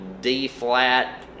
D-flat